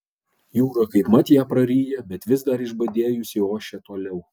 jūra kaipmat ją praryja bet vis dar išbadėjusi ošia toliau